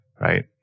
Right